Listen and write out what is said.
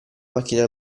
macchina